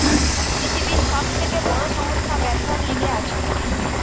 পৃথিবীর সব থেকে বড় সংস্থা ব্যবসার লিগে আছে